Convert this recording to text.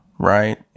Right